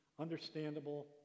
understandable